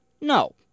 No